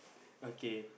okay